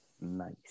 Nice